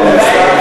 זה.